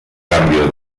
cambio